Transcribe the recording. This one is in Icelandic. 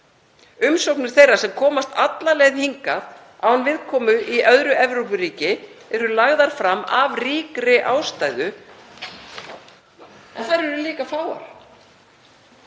Umsóknir þeirra sem komast alla leið hingað án viðkomu í öðru Evrópuríki eru lagðar fram af ríkri ástæðu en þær eru líka fáar.